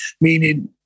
meaning